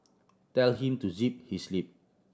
tell him to zip his lip